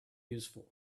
useful